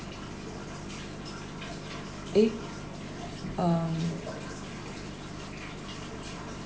eh um